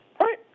Right